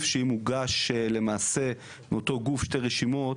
שאם מוגש למעשה מאותו גוף שתי רשימות,